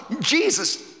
Jesus